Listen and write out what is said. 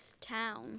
town